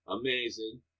Amazing